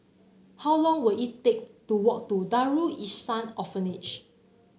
how long will it take to walk to Darul Ihsan Orphanage